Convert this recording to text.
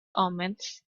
omens